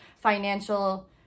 financial